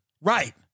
Right